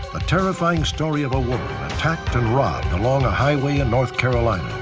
a terrifying story of a woman attacked and robbed along a highway in north carolina.